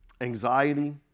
anxiety